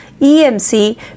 EMC